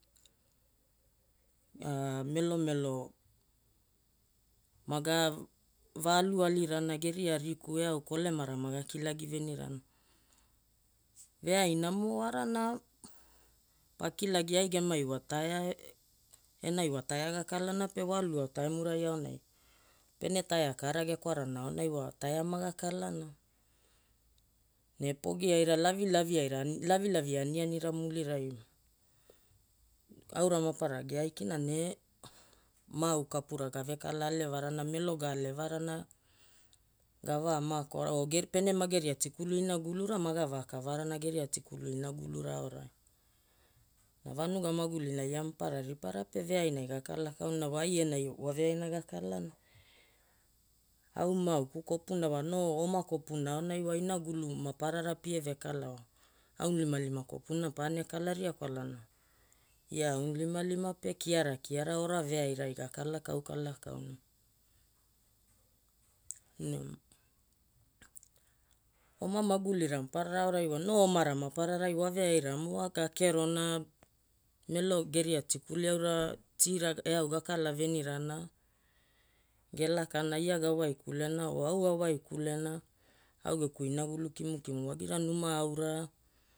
Melomelo maga va alualirana geria riku eau kolemara maga kilagi venirana. Veainamo wara na pakilagia ai gemai wa taea enai wa taea gakalana pe wa aluao taimurai aonai pene taea kaara gekwarana aonai wa taea maga kalana. Ne pogi aira lavilavi aira lavilavi anianira mulirai aura maparara geaikina ne mau kapura gavekala alevarana melo ga alevarana gava makorana o pene mageria tikuli inagulura maga vakavarana geria tikuli inagulura aorai. Vanuga magulina ia maparara ripara pe veainai gakala kauna wa ai enai waveaina gakalana. Au maauku kopuna wa no oma kopuna aonai wa inagulu maparara pie vekala wa aunilimalima kopuna paene kalaria kwalana ia aunilimalima pe kiara kiara ora veairai gakalakau kalakauna. Ne oma magulira maparara aorai wa no omara mapararai wa waveairamo wa, gakerona melo geria tikuli aura teara eau gakala venirana, gelakana, ia gawaikulena o au awaikulena au geku inagulu kimukimu wagira numa aura